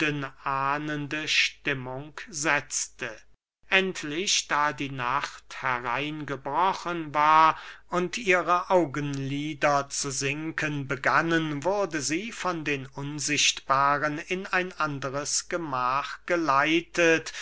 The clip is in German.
ahnende stimmung setzten endlich da die nacht hereingebrochen war und ihre augenlieder zu sinken begannen wurde sie von den unsichtbaren in ein anderes gemach geleitet